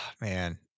man